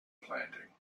planting